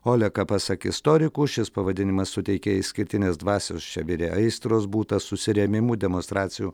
oleka pasak istorikų šis pavadinimas suteikia išskirtinės dvasios čia virė aistros būta susirėmimų demonstracijų